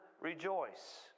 rejoice